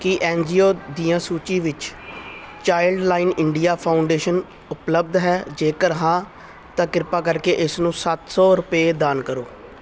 ਕੀ N G O ਦੀਆਂ ਸੂਚੀ ਵਿੱਚ ਚਾਈਲਡਲਾਈਨ ਇੰਡੀਆ ਫਾਊਡੇਸ਼ਨ ਉਪਲਬਧ ਹੈ ਜੇਕਰ ਹਾਂ ਤਾਂ ਕਿਰਪਾ ਕਰਕੇ ਇਸ ਨੂੰ ਸੱਤ ਸੌ ਰੁਪਏ ਦਾਨ ਕਰੋ